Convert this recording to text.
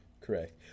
Correct